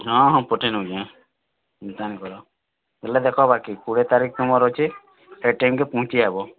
ହଁ ହଁ ପଠେଇ ଦେଉଛେଁ ଚିନ୍ତା ନି କର ହେଲେ ଦେଖ ବାକି କୁଡ଼ିଏ ତାରିଖ୍ ତୁମର୍ ଅଛେ ହେ ଟାଇମ୍କେ ପହଁଞ୍ଚି ଆଇବ